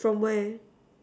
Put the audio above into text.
from where